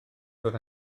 dod